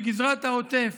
בגזרת העוטף